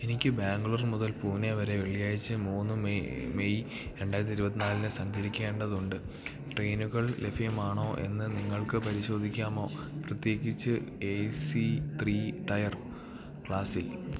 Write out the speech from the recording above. എനിക്ക് ബാംഗ്ലൂർ മുതൽ പൂനെ വരെ വെള്ളിയാഴ്ച മൂന്ന് മെയ് രണ്ടായിരത്തി ഇരുപത്തിനാലിന് സഞ്ചരിക്കേണ്ടതുണ്ട് ട്രെയിനുകൾ ലഭ്യമാണോ എന്ന് നിങ്ങൾക്ക് പരിശോധിക്കാമോ പ്രത്യേകിച്ച് എ സി ത്രീ ടയർ ക്ലാസ്സിൽ